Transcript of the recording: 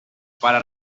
para